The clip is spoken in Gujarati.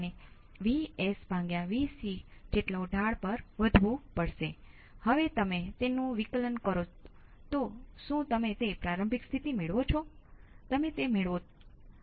તેથી I R નું શું થાય છે જે t બરાબર 0 ની પહેલા 2 મિલીએમ્પ છે જે વધીને 7 થાય છે અને પછી d k થી 0 સુધી જેથી તે આના જેવો દેખાશે